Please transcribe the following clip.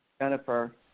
Jennifer